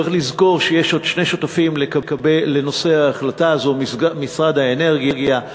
צריך לזכור שיש עוד שני שותפים לנושא ההחלטה הזאת: משרד האנרגיה,